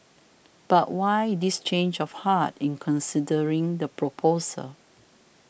but why this change of heart in considering the proposal